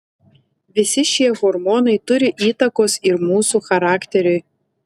visi šie hormonai turi įtakos ir mūsų charakteriui